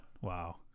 Wow